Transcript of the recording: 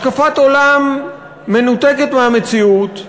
השקפת עולם מנותקת מהמציאות,